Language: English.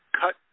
cut